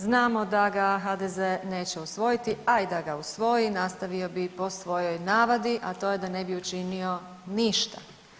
Znamo da ga HDZ neće usvojiti, a i da ga usvoji, nastavio bi po svojoj navadi, a to je da ne bi učinio ništa.